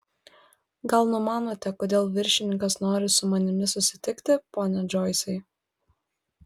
gal numanote kodėl viršininkas nori su manimi susitikti pone džoisai